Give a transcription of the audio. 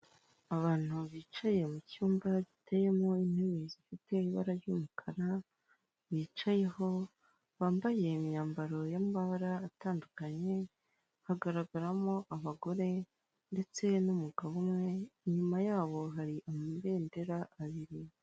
Abantu bicaye mu cyumba giteyemo intebe zifite ibara ry'umukara bicayeho bambaye imyambaro y'amabara atandukanye, hagaragaramo abagore ndetse n'umugabo umwe, inyuma yabo hari amabendera abiri.